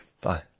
Bye